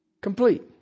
complete